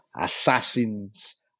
assassins